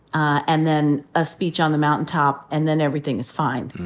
and then a speech on the mountaintop, and then everything is fine.